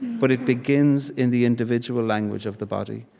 but it begins in the individual language of the body.